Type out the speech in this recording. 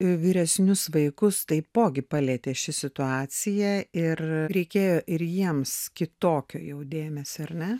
vyresnius vaikus taipogi palietė ši situacija ir reikėjo ir jiems kitokio jau dėmesio ar ne